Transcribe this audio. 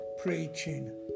Preaching